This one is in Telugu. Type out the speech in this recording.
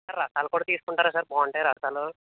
రసాలు కూడా తీసుకుంటారా సార్ బాగుంటాయి రసాలు